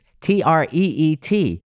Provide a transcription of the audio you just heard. T-R-E-E-T